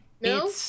No